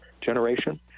generation